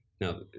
Now